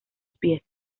pies